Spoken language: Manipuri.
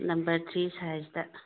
number three ꯁꯥꯏꯖꯇ